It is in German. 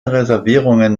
reservierungen